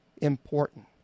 important